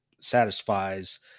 satisfies